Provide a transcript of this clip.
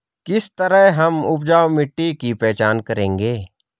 किस तरह हम उपजाऊ मिट्टी की पहचान करेंगे?